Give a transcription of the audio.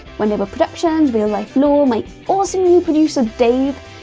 wendover productions, real life lore, my awesome new producer dave,